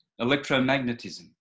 electromagnetism